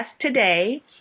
today